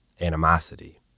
animosity